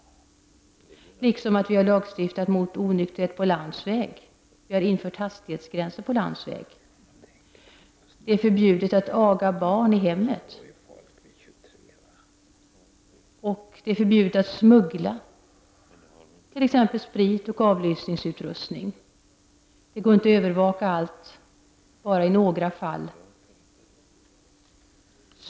Vi har lagstiftning mot onykterhet på landsväg och vi har infört hastighetsgränser på landsväg. Det är förbjudet att aga barn i hemmet. Det är förbjudet att smuggla, t.ex. sprit och avlyssningsutrustning. Det går inte att övervaka allt. Brott upptäcks bara i några fall.